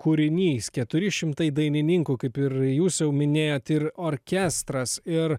kūrinys keturi šimtai dainininkų kaip ir jūs jau minėjot ir orkestras ir